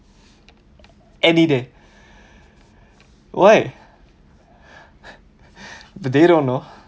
any day why they don't know